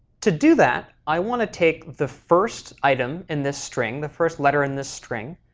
to do that, i want to take the first item in this string, the first letter in this string,